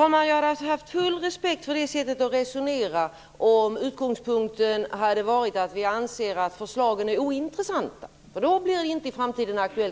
Herr talman! Jag hade haft full respekt för det sättet att resonera om utgångspunkten hade varit att vi anser att förslagen är ointressanta. Då är det inte aktuellt